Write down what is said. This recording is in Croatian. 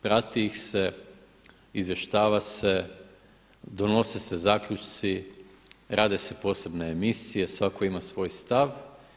Prati ih se, izvještava se, donose se zaključci, rade se posebne emisije, svatko ima svoj stav.